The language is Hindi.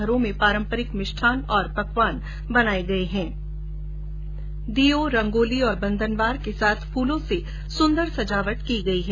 घरों में पारम्परिक मिष्ठान्न और पकवान बनाए गए है दीयों रंगोली बंधनवार और फूलों से सुन्दर सजावट की गई है